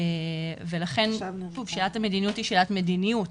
ולכן שאלת המדיניות היא שאלת המדיניות,